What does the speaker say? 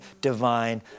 divine